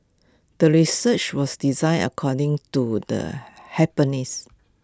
the research was designed according to the hypothesis